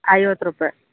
ಐವತ್ತು ರೂಪಾಯ್